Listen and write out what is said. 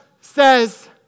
says